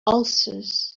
ulcers